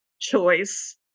choice